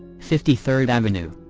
fifty third avenue.